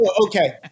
Okay